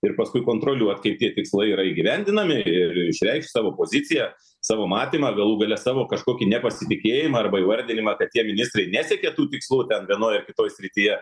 ir paskui kontroliuot kaip tie tikslai yra įgyvendinami ir išreikšt savo poziciją savo matymą galų gale savo kažkokį nepasitikėjimą arba įvardinimą kad tie ministrai nesiekė tų tikslų ten vienoj ar kitoj srityje